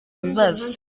bibazo